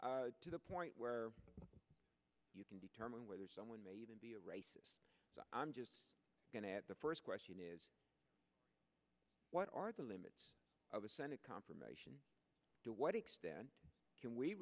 to the point where you can determine whether someone may even be a racist i'm just going to the first question is what are the limits of the senate confirmation to what extent can we